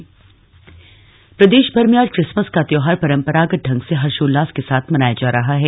Christmas प्रदेश भर में आज क्रिसमस का त्यौहार परंपरागत ढ़ग से हर्षोल्लास के साथ मनाया जा रहा है